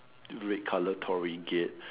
red color Torii gate